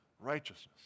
righteousness